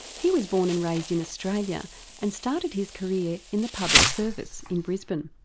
he was born and raised in australia and started his career in the public service in brisbane.